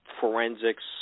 forensics